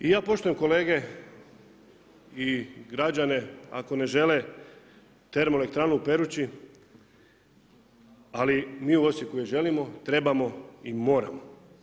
I ja poštujem kolege i građane ako ne žele termoelektranu u Peruči, ali mi u Osijeku je želimo, trebamo i moramo.